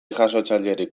jasotzailerik